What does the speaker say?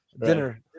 dinner